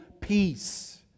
peace